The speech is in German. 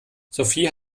sophie